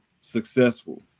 successful